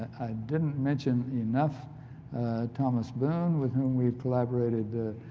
i didn't mention enough thomas boone with whom we've collaborated